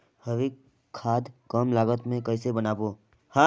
हरी खाद कम लागत मे कइसे बनाबो?